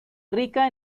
rica